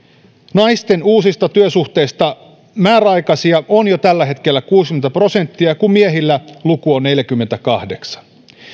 naisten uusista työsuhteista määräaikaisia on jo tällä hetkellä kuusikymmentä prosenttia kun miehillä luku on neljäkymmentäkahdeksan prosenttia